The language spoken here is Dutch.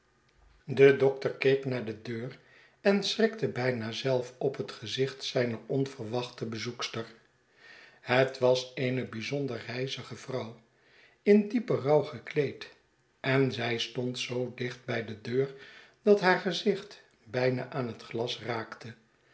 de dokter keek naar de deur en schrikte bijna zelf op het gezicht zijner onverwachte bezoekster het was eene bijzonder rijzige vrouw in diepen rouw gekleed en zij stond zoo dicht bij de deur dat haar gezicht bijna aan het glas raakte